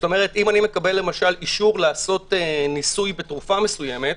לכן אם אני מקבל למשל אישור לעשות ניסוי בתרופה מסוימת,